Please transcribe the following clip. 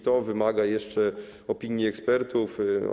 To wymaga jeszcze opinii ekspertów.